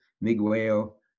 Miguel